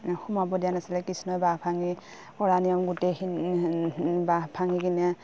সোমাব দিয়া নাছিলে কৃষ্ণই বাঁহ ভাঙি পৰা নিয়ম গোটেইখিনি বাঁহ ভাঙি কিনে